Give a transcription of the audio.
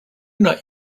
not